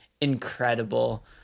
incredible